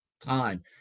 time